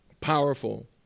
Powerful